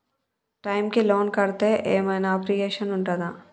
Time కి loan కడ్తే ఏం ఐనా అప్రిషియేషన్ ఉంటదా?